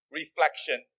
reflection